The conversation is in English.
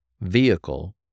vehicle